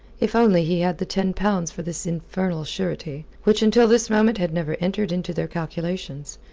if only he had the ten pounds for this infernal surety, which until this moment had never entered into their calculations,